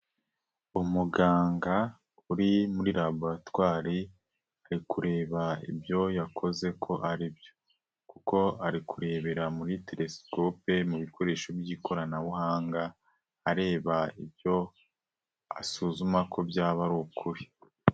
Umuganga uri muri laboratwari, ari kureba ibyo yakoze ko aribyo kuko ari kurebera muri telesikope mu bikoresho by'ikoranabuhanga, areba ibyo asuzuma ko byaba ari ukuri.